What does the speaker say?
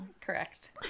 Correct